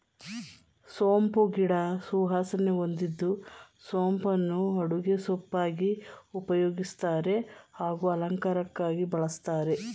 ಸೋಂಪು ಗಿಡ ಸುವಾಸನೆ ಹೊಂದಿದ್ದು ಸೋಂಪನ್ನು ಅಡುಗೆ ಸೊಪ್ಪಾಗಿ ಉಪಯೋಗಿಸ್ತಾರೆ ಹಾಗೂ ಅಲಂಕಾರಕ್ಕಾಗಿ ಬಳಸ್ತಾರೆ